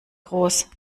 groß